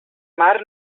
mar